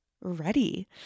ready